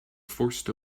forced